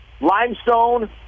Limestone